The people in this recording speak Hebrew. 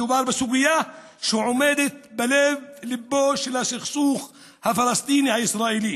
מדובר בסוגיה שעומדת בלב-ליבו של הסכסוך הפלסטיני ישראלי.